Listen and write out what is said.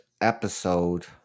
episode